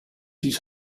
his